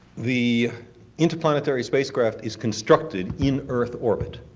the interplanetary space craft is constructed in earth orbit.